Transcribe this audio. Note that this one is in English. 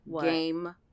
Game